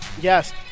Yes